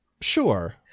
Sure